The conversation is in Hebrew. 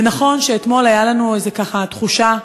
ונכון שאתמול הייתה לנו, ככה, תחושה,